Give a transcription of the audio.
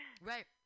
Right